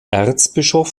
erzbischof